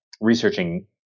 researching